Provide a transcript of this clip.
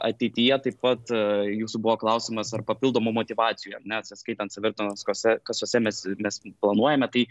ateityje taip pat jūsų buvo klausimas ar papildomų motyvacijų ar ne atsiskaitant savitarnos kase kasose mes mes planuojame tai